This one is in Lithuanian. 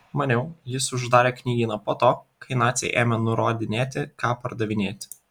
maniau jis uždarė knygyną po to kai naciai ėmė nurodinėti ką pardavinėti